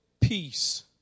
peace